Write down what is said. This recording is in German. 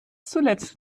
zuletzt